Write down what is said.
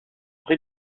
rez